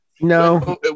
No